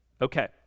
Okay